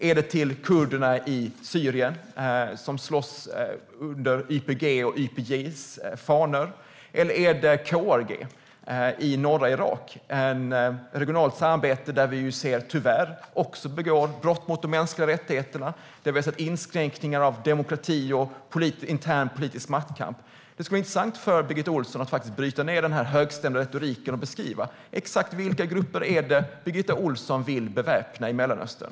Är det till kurderna i Syrien som slåss under YPG:s och YPJ:s fanor? Eller är det till KRG i norra Irak, ett regionalt samarbete där vi tyvärr ser att det begås brott mot de mänskliga rättigheterna, där det har skett inskränkningar av demokrati och där det pågår en intern politisk maktkamp. Det skulle vara intressant att höra Birgitta Ohlsson bryta ned den högstämda retoriken och beskriva exakt vilka grupper det är som Birgitta Ohlsson vill beväpna i Mellanöstern.